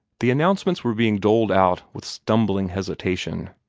the announcements were being doled out with stumbling hesitation.